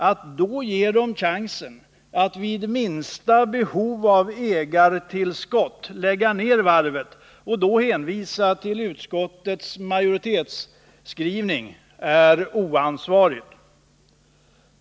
Att då ge dem chansen att vid minsta behov av ägartillskott lägga ned varvet och därvid hänvisa till utskottets majoritetsskrivning är oansvarigt.